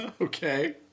Okay